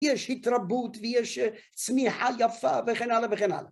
יש התרבות ויש צמיחה יפה וכן הלאה וכן הלאה.